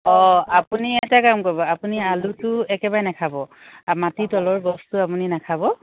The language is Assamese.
অঁ আপুনি এটা কাম কৰিব আপুনি আলুটো একেবাৰে নাখাব মাটিৰ তলৰ বস্তু আপুনি নাখাব